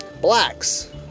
Blacks